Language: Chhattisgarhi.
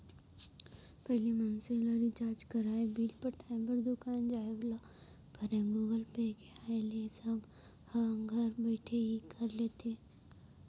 पहिली मनसे ल रिचार्ज कराय, बिल पटाय बर दुकान जाय ल परयए गुगल पे के आय ले ए सब ह घर बइठे ही कर लेथे